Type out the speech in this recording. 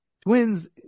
Twins